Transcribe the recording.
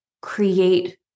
create